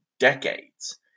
decades